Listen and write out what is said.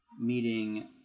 meeting